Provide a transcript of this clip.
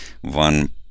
one